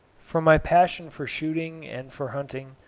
from my passion for shooting and for hunting,